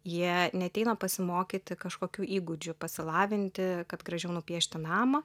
jie neateina pasimokyti kažkokių įgūdžių pasilavinti kad gražiau nupiešti namą